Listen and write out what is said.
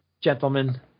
gentlemen